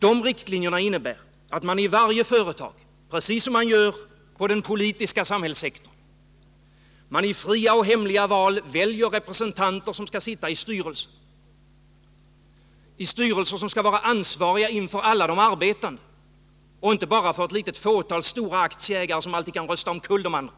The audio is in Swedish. De riktlinjerna innebär att man i alla företag, precis som man gör på den politiska samhällssektorn, i fria och hemliga val väljer representanter som skall sitta i styrelserna, styrelser som skall vara ansvariga inför alla de arbetande och inte bara inför ett litet fåtal stora aktieägare som alltid kan rösta omkull de andra.